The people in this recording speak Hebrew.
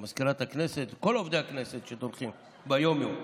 למזכירת הכנסת ולכל עובדי הכנסת שטורחים ביום-יום.